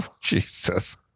Jesus